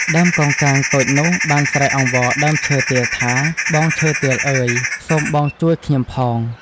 ដើមកោងកាងតូចនោះបានស្រែកអង្វរដើមឈើទាលថា បងឈើទាលអើយ! សូមបងជួយខ្ញុំផង។